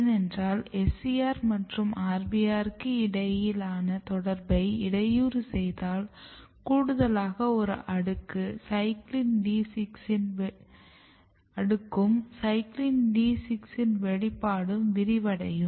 ஏனென்றால் SCR மற்றும் RBR க்கு இடையிலான தொடர்பை இடையூறு செய்தால் கூடுதலாக ஒரு அடுக்கும் CYCLIN D6 யின் வெளிப்பாடும் விரிவடையும்